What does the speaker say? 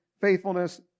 faithfulness